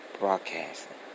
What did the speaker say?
Broadcasting